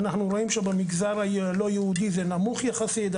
אנחנו רואים שבמגזר הלא-יהודי זה נמוך יחסית.